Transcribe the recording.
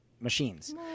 machines